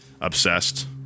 obsessed